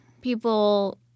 people